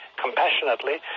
compassionately